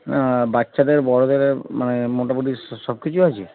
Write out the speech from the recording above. না বাচ্চাদের বড়দের মানে মোটামুটি সব কিছু আছে